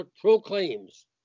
proclaims